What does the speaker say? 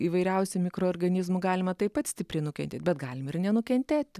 įvairiausių mikroorganizmų galima taip pat stipriai nukentėt bet galim ir nenukentėti